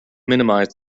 minimize